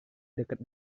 dekat